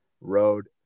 road